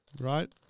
Right